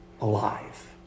alive